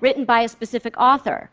written by a specific author.